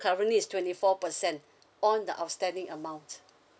currently is twenty four percent on the outstanding amount